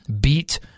beat